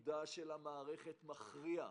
תפקיד המערכת מכריע,